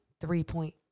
three-point